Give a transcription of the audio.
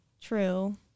True